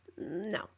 no